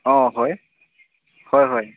অঁ হয় হয় হয়